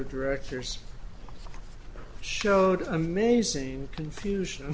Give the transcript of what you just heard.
of directors showed amazing confusion